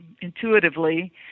intuitively